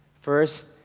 First